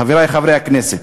חברי חברי הכנסת,